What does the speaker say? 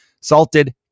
salted